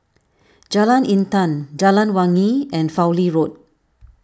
Jalan Intan Jalan Wangi and Fowlie Road